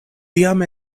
tiam